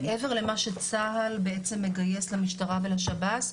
מעבר למה שצה"ל בעצם מגייס למשטרה ולשב"ס,